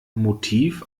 motiv